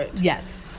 Yes